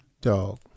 dog